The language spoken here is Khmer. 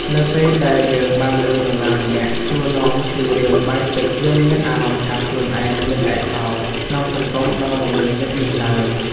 នៅពេលដែលយើងបានឮនរណាម្នាក់សួរនាំពីរឿងបាយទឹកយើងមានអារម្មណ៍ថាខ្លួនឯងមិនឯកោក្នុងសង្គមដ៏មមាញឹកនេះឡើយ។